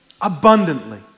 abundantly